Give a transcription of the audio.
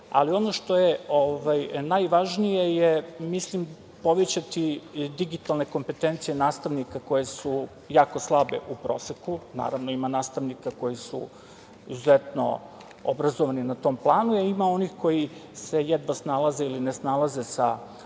da ono što je najvažnije je povećati digitalne kompetencije nastavnika koje su jako slabe u proseku. Naravno, ima nastavnika koji su izuzetno obrazovani na tom planu, ima onih koji se jedva snalaze ili ne snalaze sa